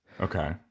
Okay